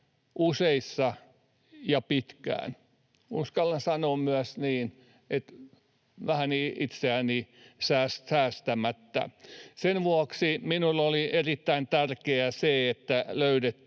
useissa ja pitkään. Uskallan sanoa myös niin, että vähän itseäni säästämättä. Sen vuoksi minulle oli erittäin tärkeää se, että löydettiin